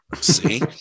See